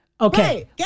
Okay